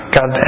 God